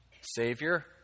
savior